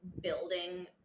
building